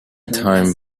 time